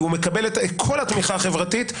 כי הוא מקבל את כל התמיכה החברתית.